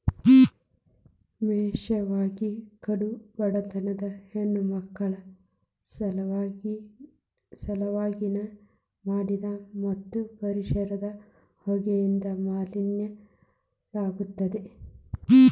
ವಿಶೇಷವಾಗಿ ಕಡು ಬಡತನದ ಹೆಣ್ಣಮಕ್ಕಳ ಸಲವಾಗಿ ನ ಮಾಡಿದ್ದ ಮತ್ತ ಪರಿಸರ ಹೊಗೆಯಿಂದ ಮಲಿನ ಆಗುದಿಲ್ಲ